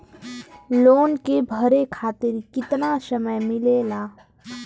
Loan के भरे खातिर कितना समय मिलेला?